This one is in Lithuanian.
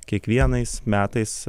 kiekvienais metais